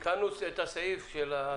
עם כל הכבוד ליועצים המשפטיים של המשרד,